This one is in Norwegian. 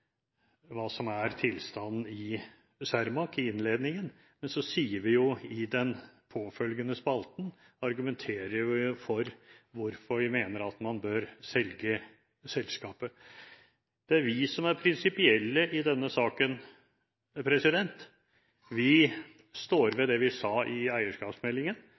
hva som er tilstanden i Cermaq. Vi argumenterer i den påfølgende spalten for hvorfor vi mener man bør selge selskapet. Det er vi som er prinsipielle i denne saken. Vi står ved det vi sa i forbindelse med eierskapsmeldingen,